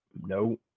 no